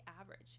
average